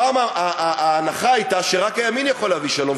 פעם ההנחה הייתה שרק הימין יכול להביא שלום,